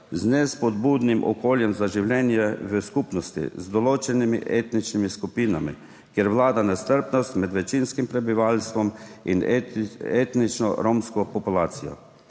z nespodbudnim okoljem za življenje v skupnosti z določenimi etničnimi skupinami, kjer vlada nestrpnost med večinskim prebivalstvom in etnično romsko populacijo.